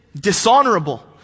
dishonorable